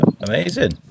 Amazing